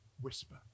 whisper